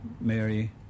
Mary